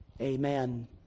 amen